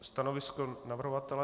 Stanovisko navrhovatele?